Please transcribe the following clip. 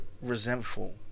resentful